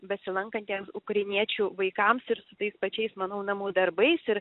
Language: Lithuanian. besilankantiems ukrainiečių vaikams ir su tais pačiais manau namų darbais ir